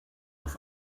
auf